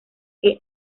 que